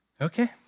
okay